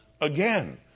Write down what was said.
again